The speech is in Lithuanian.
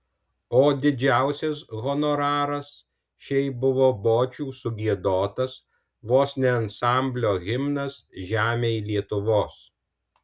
o didžiausias honoraras šiai buvo bočių sugiedotas vos ne ansamblio himnas žemėj lietuvos